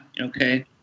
okay